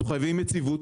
אנחנו חייבים יציבות.